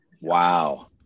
Wow